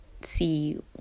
see